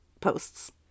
posts